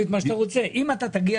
אם אני אגיע